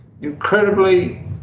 incredibly